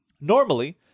Normally